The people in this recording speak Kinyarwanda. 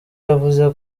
yavuze